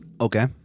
Okay